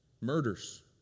Murders